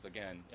Again